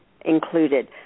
included